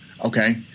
okay